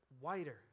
wider